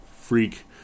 freak